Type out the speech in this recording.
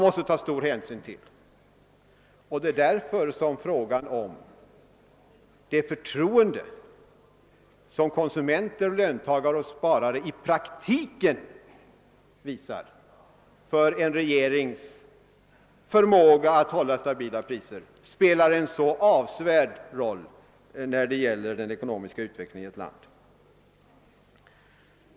Det är därför som det förtroende konsumenter, löntagare och sparare i praktiken visar för regeringens förmåga att hålla stabila priser spelar en så avsevärd roll för den ekonomiska utvecklingen i landet.